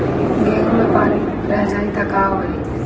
गेंहू मे पानी रह जाई त का होई?